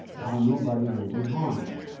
how nobody will be harmed.